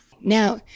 Now